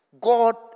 God